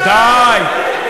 ודאי.